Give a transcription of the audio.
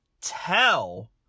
tell